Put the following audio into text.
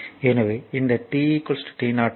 எனவே இந்த t t0 t